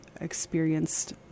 experienced